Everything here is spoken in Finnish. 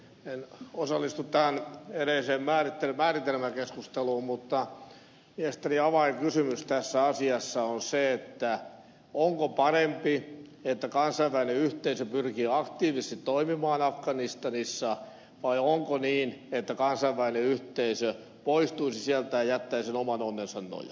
en osallistu tähän edelliseen määritelmäkeskusteluun mutta mielestäni avainkysymys tässä asiassa on se onko parempi että kansainvälinen yhteisö pyrkii aktiivisesti toimimaan afganistanissa vai että kansainvälinen yhteisö poistuu sieltä ja jättää sen oman onnensa nojaan